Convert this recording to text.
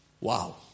Wow